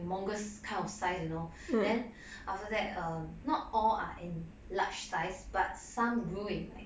humongous kind of size you know then after that um are not all are in large size but some grew in like